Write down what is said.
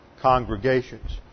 congregations